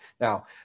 Now